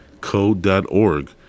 Code.org